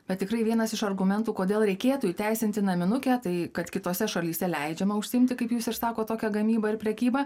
bet tikrai vienas iš argumentų kodėl reikėtų įteisinti naminukę tai kad kitose šalyse leidžiama užsiimti kaip jūs ir sakot tokia gamyba ir prekyba